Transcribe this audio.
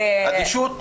אדישות,